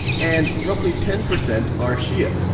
and roughly ten percent are shia.